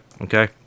Okay